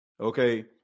okay